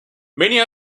many